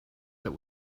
that